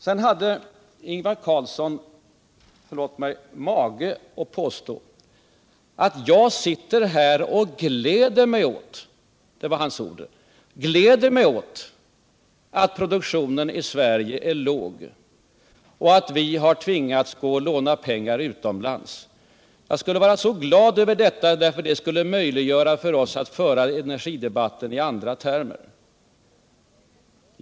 Sedan hade Ingvar Carlsson mage att påstå att jag sitter här och ”gläder mig åt” — det var hans ord — att produktionen i Sverige är låg och att vi har tvingats låna pengar utomlands. Jag skulle vara så glad över detta därför att det skulle möjliggöra för oss att föra energidebatten i andra termer än tidigare.